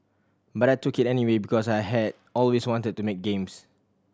but I took it anyway because I had always wanted to make games